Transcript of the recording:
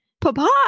Papa